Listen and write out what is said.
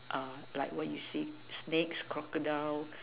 like what you say snakes crocodile